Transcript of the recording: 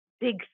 big